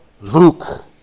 Luke